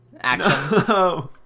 action